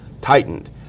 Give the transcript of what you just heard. tightened